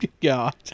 God